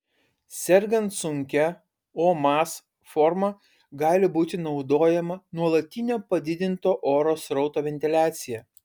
sergant sunkia omas forma gali būti naudojama nuolatinio padidinto oro srauto ventiliacija